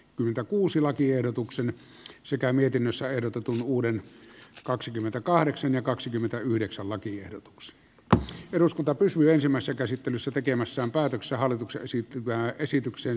mitä uusi lakiehdotuksen sekä mietinnössä ehdotetun uuden kaksikymmentäkahdeksan ja kaksikymmentäyhdeksän lakiehdotukset rs viruskanta pysyä samassa käsittelyssä tekemässä päätöksiä hallitukseen sykkivää esitykseen